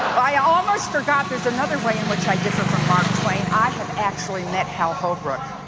i almost forgot there's another way in which i differ from mark twain. i have actually met hal holbrook,